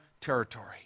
territory